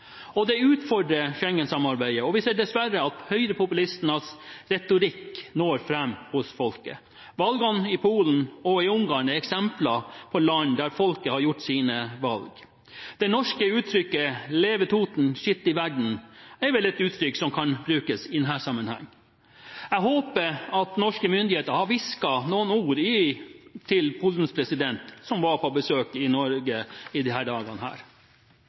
Det utfordrer Schengen-samarbeidet, og vi ser dessverre at høyrepopulistenes retorikk når fram hos folk. Valgene i Polen og i Ungarn er eksempler – der har folk gjort sine valg. Det norske uttrykket «leve Toten, skit i verden» er vel et uttrykk som kan brukes i denne sammenhengen. Jeg håper at norske myndigheter har hvisket noen ord til Polens president, som har vært på besøk i Norge i